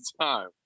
time